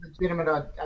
legitimate